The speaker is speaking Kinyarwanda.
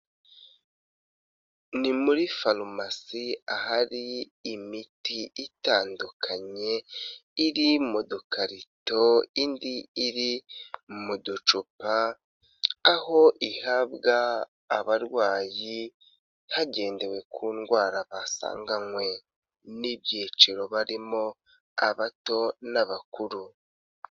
Ni muri farumasi ahari imiti itandukanye iri mu dukarito, indi iri mu ducupa, aho ihabwa abarwayi hagendewe ku ndwara basanganywe n'ibyiciro barimo abato n'abakuru.